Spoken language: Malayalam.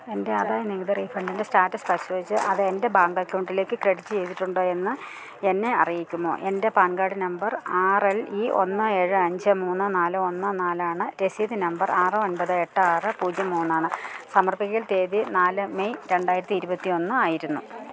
എന്റെ ആദായനികുതി റീഫണ്ടിന്റെ സ്റ്റാറ്റസ് പരിശോധിച്ച് അത് എന്റെ ബാങ്ക് അക്കൗണ്ടിലേക്ക് ക്രെഡിറ്റ് ചെയ്തിട്ടുണ്ടോ എന്ന് എന്നെ അറിയിക്കുമോ എന്റെ PAN card number R L E ഒന്ന് ഏഴ് അഞ്ച് മൂന്ന് നാല് ഒന്ന് നാലാണ് രസീത് നമ്പർ ആറ് ഒന്പത് എട്ട് ആറ് പൂജ്യം മൂന്നാണ് സമർപ്പിക്കൽ തീയതി നാല് മെയ് രണ്ടായിരത്തി ഇരുപത്തി ഒന്ന് ആയിരുന്നു